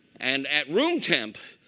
and at room temp,